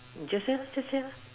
just say la just say lah